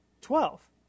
Twelve